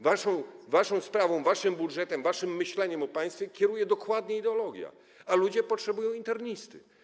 Waszą sprawą, waszym budżetem, waszym myśleniem o państwie kieruje dokładnie ideologia, a ludzie potrzebują internisty.